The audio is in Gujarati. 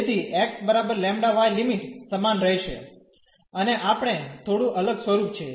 તેથી x λy લિમિટ સમાન રહેશે અને આપણે થોડું અલગ સ્વરૂપ છે